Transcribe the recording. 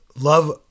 love